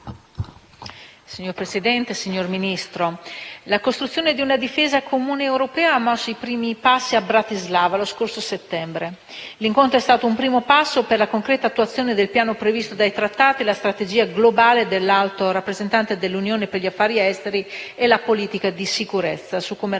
Signor Presidente, signora Ministro, la costruzione di una difesa comune europea ha mosso i primi passi a Bratislava, lo scorso settembre. L'incontro è stato un primo passo verso la concreta attuazione del piano previsto dai trattati e la strategia globale dell'Alto rappresentante dell'Unione per gli affari esteri e la politica di sicurezza su come rafforzare